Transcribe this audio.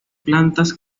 plantas